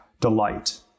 delight